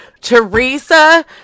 Teresa